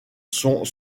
sont